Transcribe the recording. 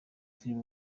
film